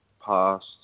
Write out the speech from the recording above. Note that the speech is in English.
past